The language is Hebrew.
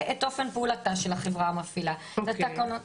את אופן פעולתה של החברה המפעילה והתקנות,